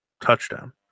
touchdown